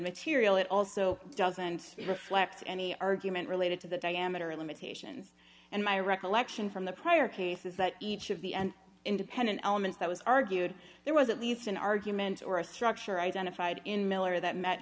material it also doesn't reflect any argument related to the diameter limitations and my recollection from the prior case is that each of the and independent elements that was argued there was at least an argument or a structure identified in miller that met